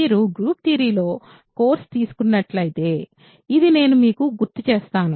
మీరు గ్రూప్ థియరీలో కోర్సు తీసుకున్నట్లయితే ఇది నేను మీకు గుర్తు చేస్తాను